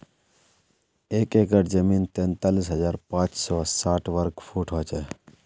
एक एकड़ जमीन तैंतालीस हजार पांच सौ साठ वर्ग फुट हो छे